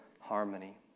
harmony